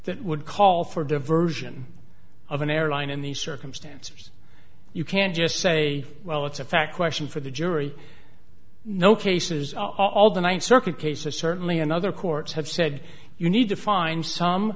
that would call for the version of an airline in these circumstances you can just say well it's a fact question for the jury no cases all the ninth circuit cases certainly in other courts have said you need to find some